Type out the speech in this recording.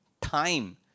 time